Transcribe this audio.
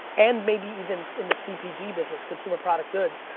and maybe even in the cpg business consumer product goods.